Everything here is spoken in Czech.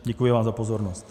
Děkuji vám za pozornost.